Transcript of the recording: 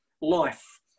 life